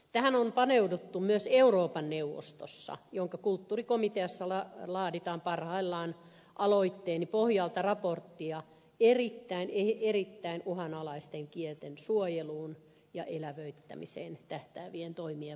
tähän on paneuduttu myös euroopan neuvostossa jonka kulttuurikomiteassa laaditaan parhaillaan aloitteeni pohjalta raporttia erittäin uhanalaisten kielten suojeluun ja elävöittämiseen tähtäävien toimien vahvistamisesta